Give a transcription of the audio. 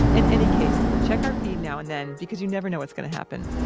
and any case, check our feed now and then because you never know what's gonna happen.